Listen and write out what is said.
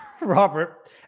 Robert